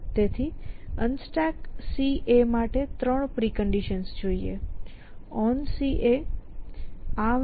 તેથી UnstackCA માટે 3 preconditions જોઈએ OnCA ArmEmpty અને Clear